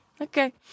Okay